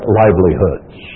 livelihoods